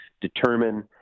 determine